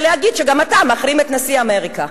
ולהגיד שגם אתה מחרים את נשיא אמריקה.